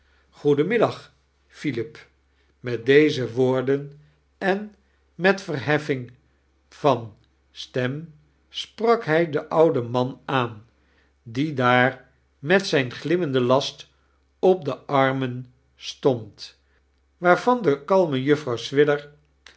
middag philip met deze woorden en met verheffing van stem sprak hij den ouden man aan die daar met zijn glimmenden last op de armen sibond waarvan de kalme juffrouw swidger